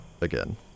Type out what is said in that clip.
again